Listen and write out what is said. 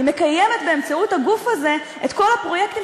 היא מקיימת באמצעות הגוף הזה את כל הפרויקטים